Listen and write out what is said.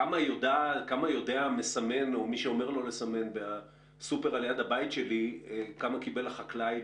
כמה יודע המסמן או מי שאומר לו לסמן בסופר ליד הבית שלי כמה קיבל החקלאי